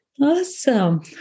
Awesome